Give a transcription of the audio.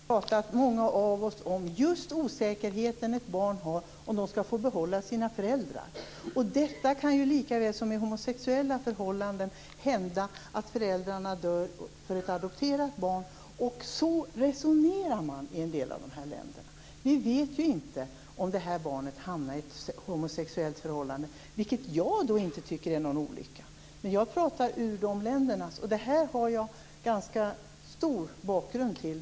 Fru talman! Många av oss har talat om just barns osäkerhet om de skall få behålla sina föräldrar. Likaväl som i homosexuella förhållanden kan det hända att föräldrar till ett adopterat barn dör. Så resonerar man i en del av givarländerna. Man vet ju inte om barnet hamnar hos ett homosexuellt par, vilket jag inte tycker är någon olycka. Men jag talar om ländernas inställning. Det här har jag ganska stort underlag för.